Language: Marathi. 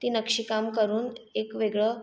ती नक्षीकाम करून एक वेगळं